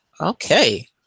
Okay